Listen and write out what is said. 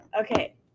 Okay